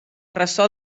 ressò